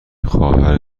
خواهر